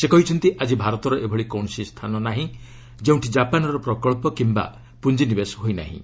ସେ କହିଛନ୍ତି ଆକି ଭାରତର ଏଭଳି କୌଣସି ସ୍ଥାନ ନାହିଁ ଯେଉଁଠି ଜାପାନ୍ର ପ୍ରକଳ୍ପ କିମ୍ବା ପୁଞ୍ଜିନିବେଶ ହୋଇନାହିଁ